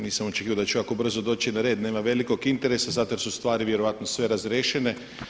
Nisam očekivao da ću ovako brzo doći na red nema velikog interesa zato jer su stvari vjerojatno sve razriješene.